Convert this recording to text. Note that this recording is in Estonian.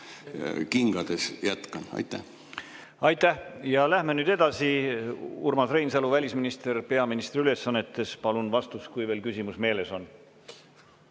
Lähme nüüd edasi. Urmas Reinsalu, välisminister peaministri ülesannetes, palun vastust, kui veel küsimus meeles on.